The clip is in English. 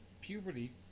puberty